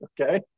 okay